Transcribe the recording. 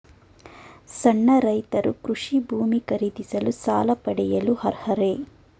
ಸಣ್ಣ ರೈತರು ಕೃಷಿ ಭೂಮಿ ಖರೀದಿಸಲು ಸಾಲ ಪಡೆಯಲು ಅರ್ಹರೇ?